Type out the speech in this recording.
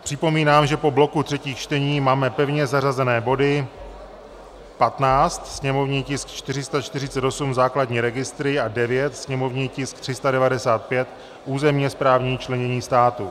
Připomínám, že po bloku třetích čtení máme pevně zařazené body 15, sněmovní tisk 448, základní registry, a 9, sněmovní tisk 395, územně správní členění státu.